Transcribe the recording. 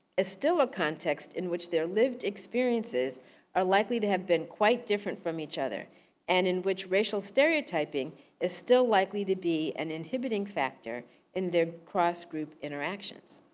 is still a context in which their lived experiences are likely to have been quite different from each other and in which racial stereotyping is still likely to be an inhibiting factor in their cross-group interactions.